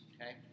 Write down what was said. okay